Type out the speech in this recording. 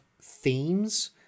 themes